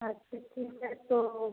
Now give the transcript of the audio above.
अच्छा ठीक है तो